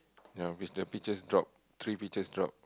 ya with the peaches drop three peaches drop